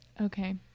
Okay